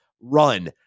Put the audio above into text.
run